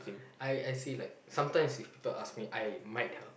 I I see like sometimes if people ask me I might help